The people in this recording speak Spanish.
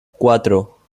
cuatro